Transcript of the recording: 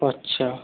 अच्छा